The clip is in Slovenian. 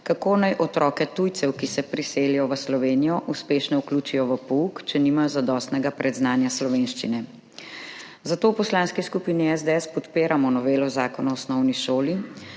kako naj otroke tujcev, ki se priselijo v Slovenijo, uspešno vključijo v pouk, če nimajo zadostnega predznanja slovenščine. Zato v Poslanski skupini SDS podpiramo novelo Zakona o osnovni šoli,